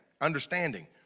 understanding